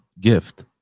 gift